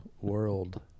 world